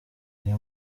iyo